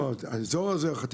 לא, האזור הזה החטיבה.